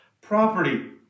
property